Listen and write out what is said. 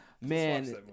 Man